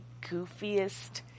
goofiest